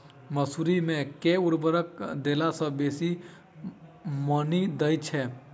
मसूरी मे केँ उर्वरक देला सऽ बेसी मॉनी दइ छै?